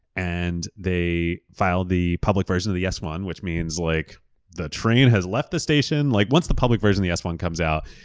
and they filed the public version of the s one, which means like the train has left the station. like once the public version of the s one comes out,